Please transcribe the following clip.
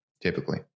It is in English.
typically